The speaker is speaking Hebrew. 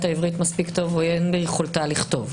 העברית מספיק טוב ואין ביכולתה לכתוב?